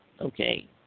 okay